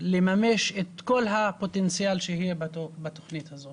ולממש את כול הפוטנציאל שיהיה בתוכנית הזאת.